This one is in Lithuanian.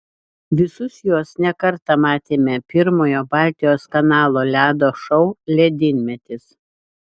visus juos ne kartą matėme pirmojo baltijos kanalo ledo šou ledynmetis